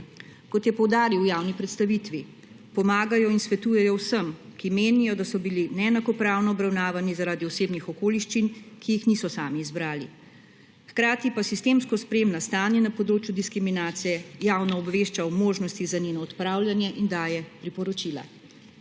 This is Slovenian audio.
Kot je poudaril v javni predstavitvi, pomagajo in svetujejo vsem, ki menijo, da so bili neenakopravno obravnavani zaradi osebnih okoliščin, ki jih niso sami izbrali. Hkrati pa sistemsko spremlja stanje na področju diskriminacije, javno obvešča o možnostih za njeno odpravljanje in daje priporočila.